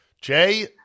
Jay